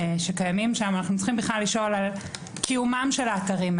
אנחנו נפרסם את זה בסוף הדיון.